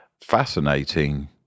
fascinating